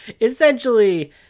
essentially